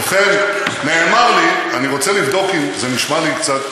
ובכן, נאמר לי, אני רוצה לבדוק, זה נשמע לי קצת